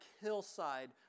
hillside